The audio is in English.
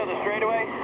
straightaway?